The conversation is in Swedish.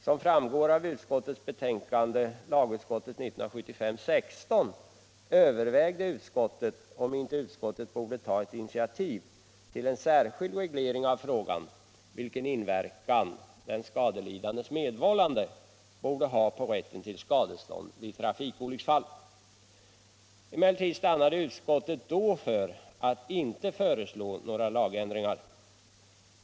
Som framgår av lagutskottets betänkande 1975:16 övervägde utskottet att ta initiativ till en särskild reglering av frågan, vilken inverkan den skadelidandes medvållande borde ha på skadestånd vid trafikolycksfall. Emellertid stannade utskottet då för att inte föreslå några lagändringar.